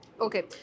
Okay